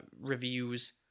reviews